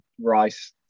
Rice